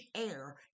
air